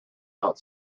not